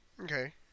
Okay